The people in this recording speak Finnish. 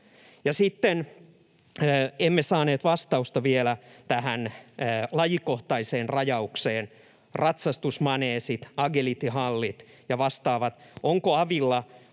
emme saaneet vastausta vielä tähän lajikohtaiseen rajaukseen — ratsastusmaneesit, agilityhallit ja vastaavat —